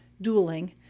dueling